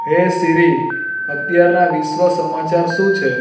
હેય Siri અત્યારના વિશ્વ સમાચાર શું છે